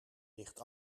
ligt